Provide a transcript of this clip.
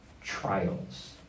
trials